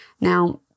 Now